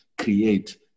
create